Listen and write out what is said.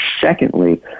Secondly